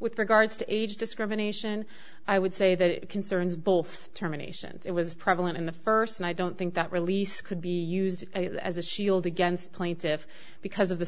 with regards to age discrimination i would say that it concerns both terminations it was prevalent in the first and i don't think that release could be used as a shield against plaintive because of the